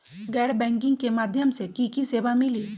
गैर बैंकिंग के माध्यम से की की सेवा मिली?